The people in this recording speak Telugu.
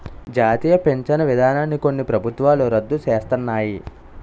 జాతీయ పించను విధానాన్ని కొన్ని ప్రభుత్వాలు రద్దు సేస్తన్నాయి